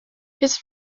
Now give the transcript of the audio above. his